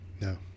No